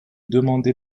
demandé